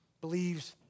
believes